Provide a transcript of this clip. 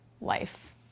life